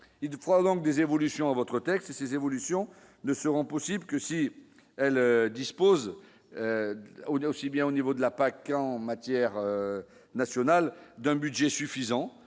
du Dupont donc des évolutions votre texte ces évolutions ne seront possibles que si elle dispose d'eau aussi bien au niveau de la PAC en matière national d'un budget suffisant,